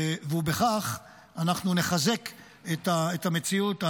ובכך אנחנו נחזק את המציאות,